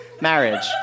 marriage